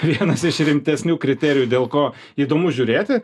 vienas iš rimtesnių kriterijų dėl ko įdomu žiūrėti